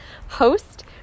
host